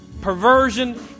perversion